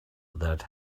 that